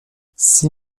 six